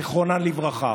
זיכרונה לברכה.